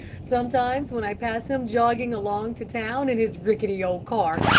sometimes when i pass him jogging along to town in his rickety old cart,